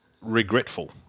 Regretful